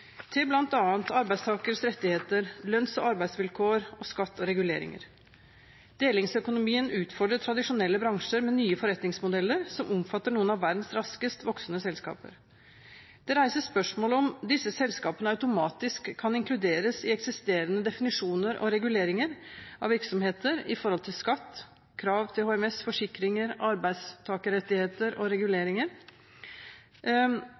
til bl.a. arbeidstakeres rettigheter, lønns- og arbeidsvilkår, skatt og reguleringer. Delingsøkonomien utfordrer tradisjonelle bransjer med nye forretningsmodeller, som omfatter noen av verdens raskest voksende selskaper. Det reises spørsmål om disse selskapene automatisk kan inkluderes i eksisterende definisjoner og reguleringer av virksomheter når det gjelder skatt, krav til HMS, forsikringer, arbeidstakerrettigheter og